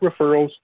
referrals